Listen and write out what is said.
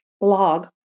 blog